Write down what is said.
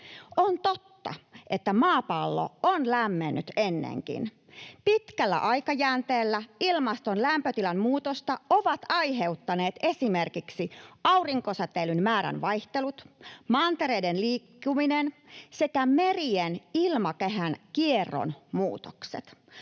On totta, että maapallo on lämmennyt ennenkin. Pitkällä aikajänteellä ilmaston lämpötilan muutosta ovat aiheuttaneet esimerkiksi aurinkosäteilyn määrän vaihtelut, mantereiden liikkuminen sekä merien ilmakehän kierron muutokset.